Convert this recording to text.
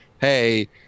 hey –